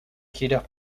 giras